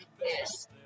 Yes